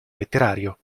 letterario